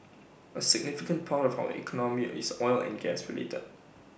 A significant part of our economy is oil and gas related